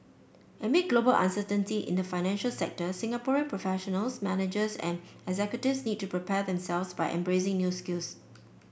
amid global uncertainty in the financial sector Singaporean professionals managers and executives need to prepare themselves by embracing new skills